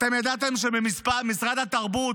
איך ייתכן שבמשרד הביטחון יש שני שרים?